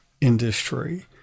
industry